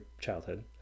childhood